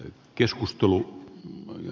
arvoisa puhemies